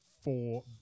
four